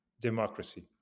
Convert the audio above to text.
Democracy